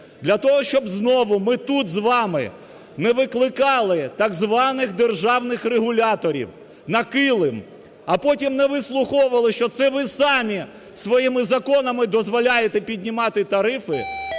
Для того, щоб знову ми тут з вами не викликали так званих державних регуляторів на килим, а потім не вислуховували, що це ви самі своїми законами дозволяєте піднімати тарифи.